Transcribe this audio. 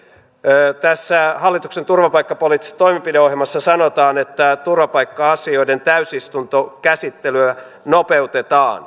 tässä hallituksen turvapaikkapoliittisessa toimenpideohjelmassa sanotaan että turvapaikka asioiden täysistuntokäsittelyä nopeutetaan